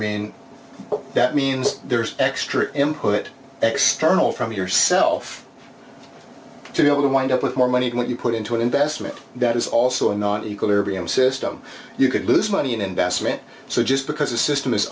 what that means there's extra input external from yourself to be able to wind up with more money what you put into an investment that is also a not equilibrium system you could lose money in investment so just because the system is